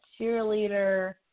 cheerleader